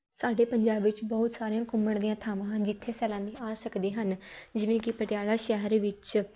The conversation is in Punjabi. ਸਾਡੇ ਪੰਜਾਬ ਵਿੱਚ ਬਹੁਤ ਸਾਰੀਆਂ ਘੁੰਮਣ ਦੀਆਂ ਥਾਵਾਂ ਹਨ ਜਿੱਥੇ ਸੈਲਾਨੀ ਆ ਸਕਦੇ ਹਨ ਜਿਵੇਂ ਕਿ ਪਟਿਆਲਾ ਸ਼ਹਿਰ ਵਿੱਚ